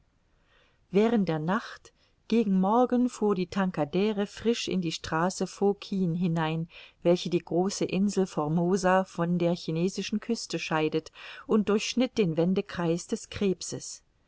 während der nacht gegen morgen fuhr die tankadere frisch in die straße fo kien hinein welche die große insel formosa von der chinesischen küste scheidet und durchschnitt den wendekreis des krebses